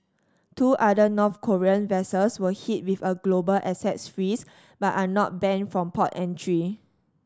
two other North Korean vessels were hit with a global assets freeze but are not banned from port entry